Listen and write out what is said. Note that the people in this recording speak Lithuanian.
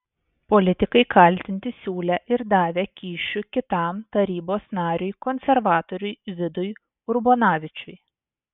politikai kaltinti siūlę ir davę kyšių kitam tarybos nariui konservatoriui vidui urbonavičiui